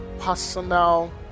personal